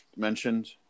mentioned